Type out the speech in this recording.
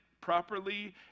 properly